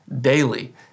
daily